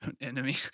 enemy